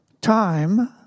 Time